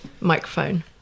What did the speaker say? microphone